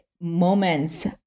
moments